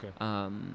Okay